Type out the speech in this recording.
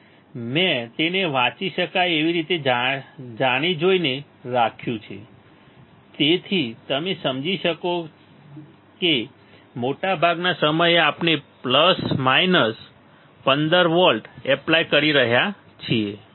અને મેં તેને વાંચી શકાય એવી રીતે જાણી જોઈને રાખ્યું છે જેથી તમે સમજી શકો કે મોટા ભાગના સમયે આપણે પ્લસ માઇનસ 15 વોલ્ટ એપ્લાય કરી રહ્યા છીએ